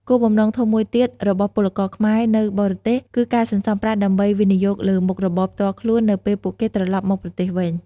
គោលបំណងធំមួយទៀតរបស់ពលករខ្មែរនៅបរទេស គឺការសន្សំប្រាក់ដើម្បីវិនិយោគលើមុខរបរផ្ទាល់ខ្លួននៅពេលពួកគេត្រឡប់មកប្រទេសវិញ។